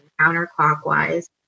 counterclockwise